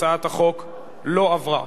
הצעת החוק לא עברה.